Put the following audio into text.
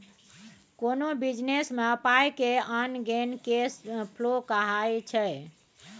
कोनो बिजनेस मे पाइ के आन गेन केस फ्लो कहाइ छै